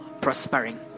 prospering